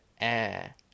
air